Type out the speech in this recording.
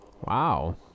wow